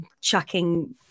chucking